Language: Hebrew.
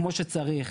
כמו שצריך,